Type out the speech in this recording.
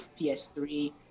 PS3